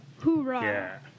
Hoorah